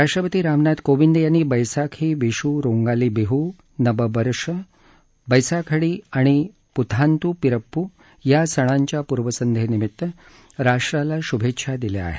राष्ट्रपती रामनाथ कोविंद यांनी बैसाखी विशू रोंगाली बिहू नबबर्ष वैंसाखडी आणि पुथांदू पिरप्पू या सणाच्या पूर्वसंध्ये निमित्त राष्ट्राला शुभेच्छा दिल्या आहेत